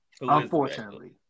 Unfortunately